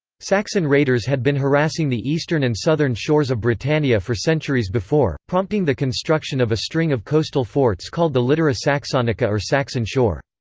saxon raiders had been harassing the eastern and southern southern shores of britannia for centuries before, prompting the construction of a string of coastal forts called the litora saxonica or saxon shore.